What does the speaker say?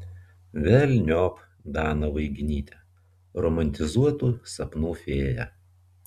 velniop daną vaiginytę romantizuotų sapnų fėją